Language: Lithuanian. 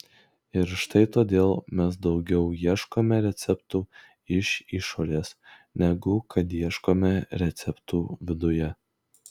ir štai todėl mes daugiau ieškome receptų iš išorės negu kad ieškome receptų viduje